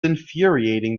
infuriating